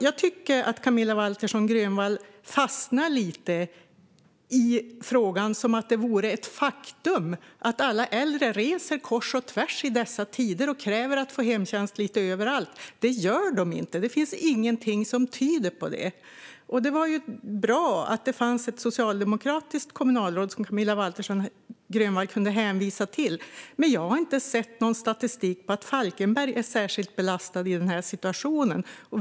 Jag tycker att Camilla Waltersson Grönvall fastnar lite i frågan som om det vore ett faktum att alla äldre reser kors och tvärs i dessa tider och kräver att få hemtjänst lite överallt. Det gör de inte. Det finns ingenting som tyder på det. Det var bra att det fanns ett socialdemokratiskt kommunalråd som Camilla Waltersson Grönvall kunde hänvisa till. Men jag har inte sett någon statistik på att Falkenberg är särskilt belastat i den här situationen.